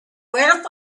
word